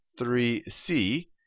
3c